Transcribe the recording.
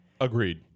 Agreed